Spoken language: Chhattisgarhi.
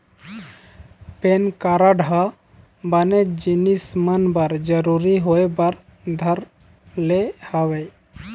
पेन कारड ह बनेच जिनिस मन बर जरुरी होय बर धर ले हवय